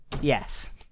Yes